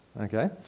okay